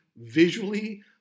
visually